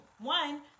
one